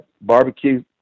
barbecue